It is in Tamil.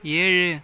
ஏழு